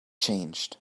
changed